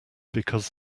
because